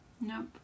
Nope